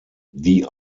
die